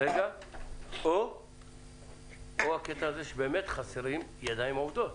או שהבעיה היא שבאמת חסרות ידיים עובדות.